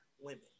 women